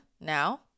now